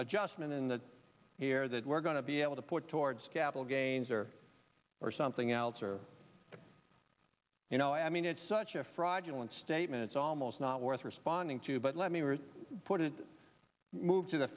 adjustment in the here that we're going to be able to put towards capital gains or or something else or you know i mean it's such a fraudulent statement it's almost not worth responding to but let me were put it moved to the